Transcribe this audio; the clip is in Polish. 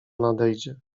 nadejdzie